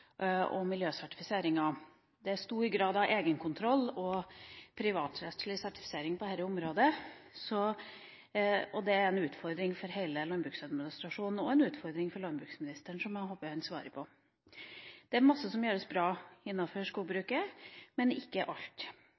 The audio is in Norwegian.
og miljøsertifiseringer. Det er stor grad av egenkontroll og privatrettslig sertifisering på dette området, og det er en utfordring for hele landbruksadministrasjonen og for landbruksministeren – som jeg håper han svarer på. Det er mye som gjøres bra innenfor skogbruket, men ikke alt.